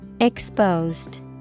Exposed